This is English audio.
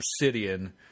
obsidian